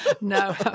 No